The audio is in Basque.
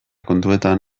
kontuetan